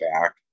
back